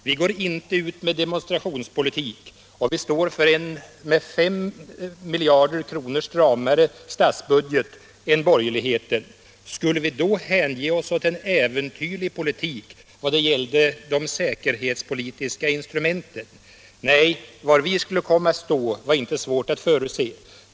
Vi går inte ut med demonstrationspolitik, och vi står för en 5 miljarder kronor stramare statsbudget än borgerligheten. Skulle vi då hänge oss åt en äventyrlig politik vad det gäller de säkerhetspolitiska instrumenten? Nej, var vi skulle komma att stå var inte svårt att förutse.